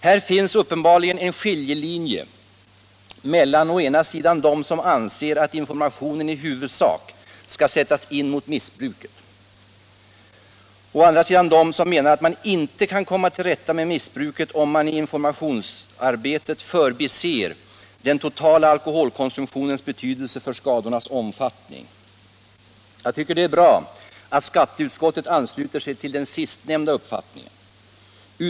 Här finns uppenbarligen en skiljelinje mellan å ena sidan dem som anser att informationen i huvudsak skall sättas in mot missbruket, och å andra sidan dem som menar att man inte kan komma till rätta med missbruket om man i informationsarbetet förbiser den totala alkoholkonsumtionens betydelse för skadornas omfattning. Det är bra att skatteutskottet ansluter sig till den sistnämnda uppfattningen.